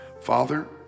Father